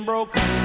Broken